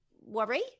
worry